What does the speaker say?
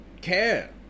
care